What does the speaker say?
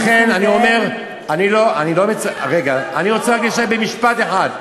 לכן אני אומר, רגע, אני רוצה להגיד במשפט אחד: